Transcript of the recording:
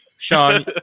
Sean